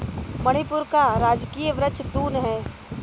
मणिपुर का राजकीय वृक्ष तून है